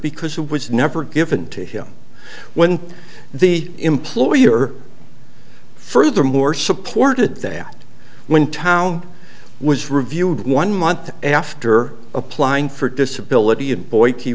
because it was never given to him when the employer furthermore supported that when town was reviewed one month after applying for disability and boy he